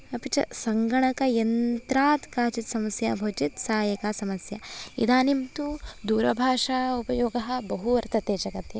अपि च सङ्गणकयन्त्रात् काचित् समस्या भवति चेत् सा एका समस्या इदानीं तु दूरभाषा उपयोगः बहु वर्तते जगति